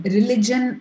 Religion